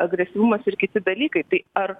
agresyvumas ir kiti dalykai tai ar